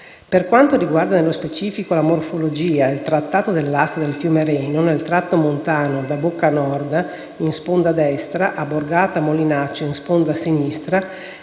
Per quanto riguarda, nello specifico, la morfologia e il tracciato dell'asta del fiume Reno nel tratto montano da Bocca Nord, in sponda destra, a Borgata Molinaccio, in sponda sinistra,